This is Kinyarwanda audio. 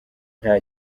nta